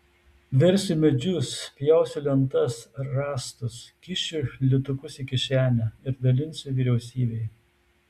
versiu medžius pjausiu lentas ar rąstus kišiu litukus į kišenę ir dalinsiu vyriausybei